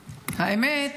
האמת,